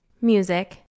Music